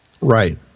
Right